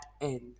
end